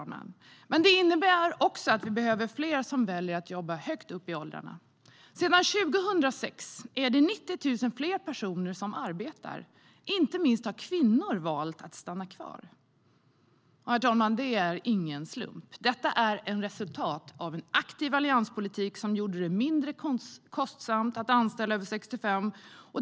Men det innebär att vi behöver fler som väljer att jobba högt upp i åldrarna. Sedan 2006 är det 90 000 fler personer som arbetar. Inte minst kvinnor har valt att stanna kvar. Detta är inte en slump, herr talman. Detta är ett resultat av en aktiv allianspolitik som gjorde det mindre kostsamt att anställa över 65 år.